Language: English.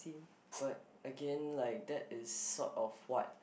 but again like that is sort of what